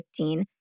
2015